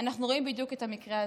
אנחנו רואים בדיוק את המקרה הזה,